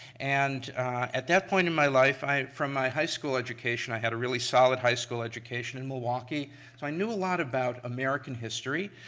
and at that point in my life, from my high school education, i had a really solid high school education in milwaukee, so i knew a lot about american history.